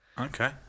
Okay